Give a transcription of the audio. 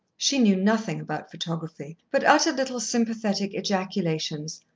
she knew nothing about photography, but uttered little sympathetic ejaculations,